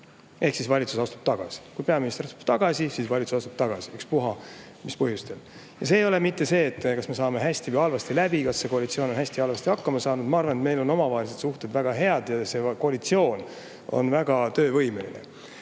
ehk valitsus astub tagasi. Kui peaminister astub tagasi, siis valitsus astub tagasi, ükspuha mis põhjustel. [Asi] ei ole mitte selles, kas me saame hästi või halvasti läbi või kas see koalitsioon on hästi või halvasti hakkama saanud. Ma arvan, et meil on omavahelised suhted väga head ja see koalitsioon on väga töövõimeline.